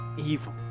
evil